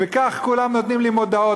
וכך כולם נותנים לי מודעות.